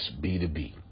B2B